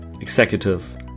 executives